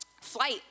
flight